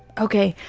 okay.